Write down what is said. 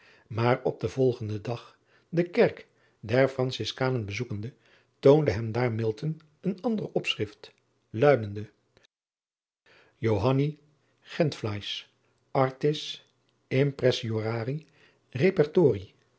aar op den volgenden dag de kerk der ranciskanen bezoekende toonde hem daar een ander opschrift luidende oanni entfleisch rtis impressoriae